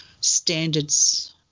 standards